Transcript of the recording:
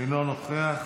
אינו נוכח.